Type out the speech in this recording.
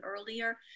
earlier